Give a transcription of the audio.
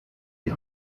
die